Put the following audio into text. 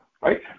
right